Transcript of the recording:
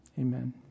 Amen